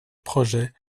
projet